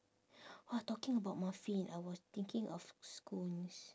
!wah! talking about muffin I was thinking of scones